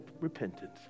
repentance